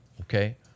okay